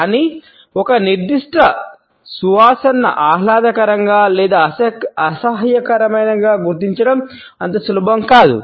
కానీ ఒక నిర్దిష్ట సువాసనను ఆహ్లాదకరంగా లేదా అసహ్యకరమైనదిగా గుర్తించడం అంత సులభం కాదు